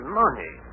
money